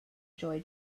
joi